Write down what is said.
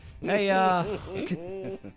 Hey